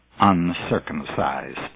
uncircumcised